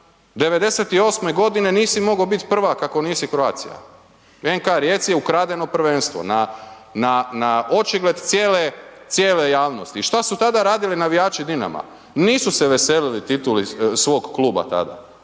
'98. g. nisi mogao bit prvak ako nisi Croatia. NK Rijeci je ukradeno prvenstvo na očigled cijele javnosti i šta su tada radili navijači Dinama? Nisu se veselili tituli svog kluba tada,